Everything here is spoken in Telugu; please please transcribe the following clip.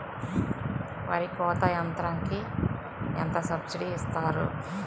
వరి కోత యంత్రంకి ఎంత సబ్సిడీ ఇస్తారు?